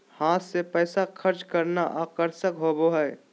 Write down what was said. हाथ से पैसा खर्च करना आकर्षक होबो हइ